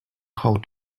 how